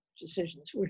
decisions